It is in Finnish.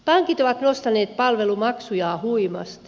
pankit ovat nostaneet palvelumaksujaan huimasti